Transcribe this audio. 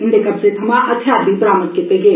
इन्दे कब्जे थमां हथियार बी बरामद कीते गे न